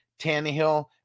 Tannehill